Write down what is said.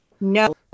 No